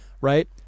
right